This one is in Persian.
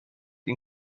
این